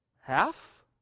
Half